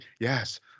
Yes